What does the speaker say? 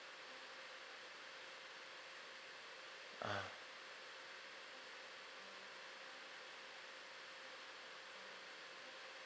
ah